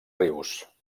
rius